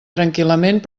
tranquil·lament